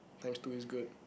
times two is good